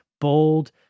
bold